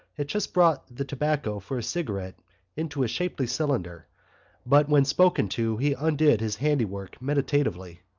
had just brought the tobacco for a cigarette into a shapely cylinder but when spoken to he undid his handiwork meditatively.